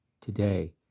today